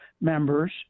members